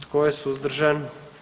Tko je suzdržan?